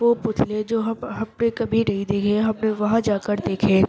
وہ پتلے جو ہم ہم نے کبھی نہیں دیکھے ہم نے وہاں جا کر دیکھے